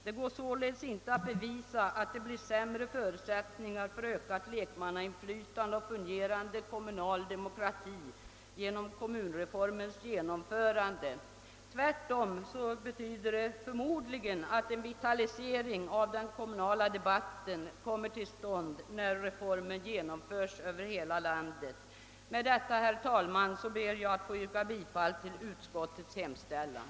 Det går således inte att bevisa att det blir sämre förutsättningar för ökat lekmannainflytande och fungerande kommunal demokrati genom kommunreformens genomförande; tvärtom betyder det förmodligen att en vitalisering av den kommunala debatten kommer till stånd när reformen genomförs över hela landet. Med detta, herr talman, ber jag att få yrka bifall till utskottets hemställan.